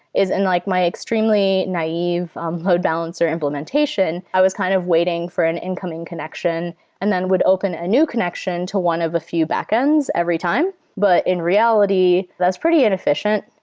is and like my extremely naive um load balancer implementation. i was kind of waiting for an incoming connection and then would open a new connection to one of a few backends every time. but in reality, that's pretty inefficient.